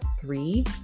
three